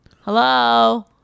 Hello